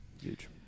Huge